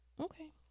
okay